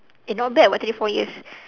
eh not bad [what] three four years